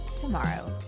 tomorrow